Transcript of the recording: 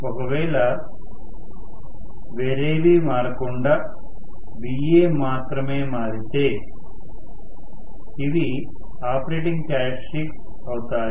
ఒకవేళ వేరేవి మారకుండా Va మాత్రమే మారితే ఇవి ఆపరేటింగ్ క్యారెక్టర్స్టిక్స్ అవుతాయి